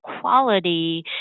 quality